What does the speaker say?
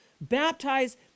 baptize